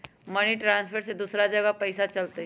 Money transfer से दूसरा जगह पईसा चलतई?